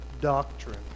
doctrine